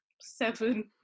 seven